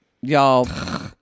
Y'all